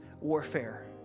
warfare